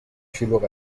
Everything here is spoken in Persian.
شلوغ